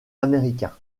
américain